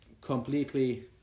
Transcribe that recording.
completely